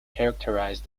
characterized